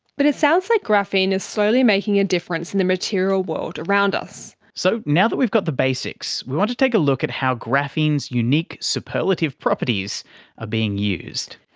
but it sounds like graphene is slowly making a difference in the material world around us. so now that we've got the basics, we want to take a look at how graphene's unique superlative properties are ah being used.